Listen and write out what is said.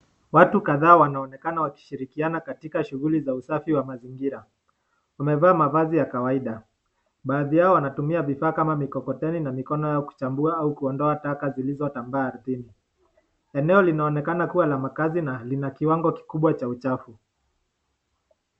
Watu kadhaa wanaonekana wakishirikiana katika shughuli za usafi wa mazingira. Wamevaa mavazi ya kawaida baadhi yao wanatumia vifaa kama mikokoteni na mikono yao kuchambua au kuondoa taka zilizotambaa ardhini. Eneo linaonekana kuwa la makazi na lina kiwango kikubwa cha uchafu.